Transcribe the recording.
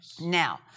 Now